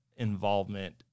involvement